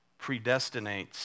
predestinates